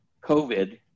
COVID